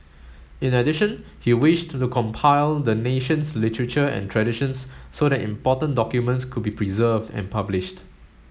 in addition he wished to compile the nation's literature and traditions so that important documents could be preserved and published